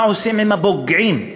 מה עושים עם הפוגעים,